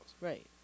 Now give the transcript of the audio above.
Right